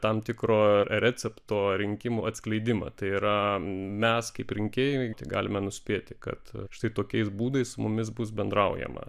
tam tikro recepto rinkimų atskleidimą tai yra mes kaip rinkėjai galime nuspėti kad štai tokiais būdais su mumis bus bendraujama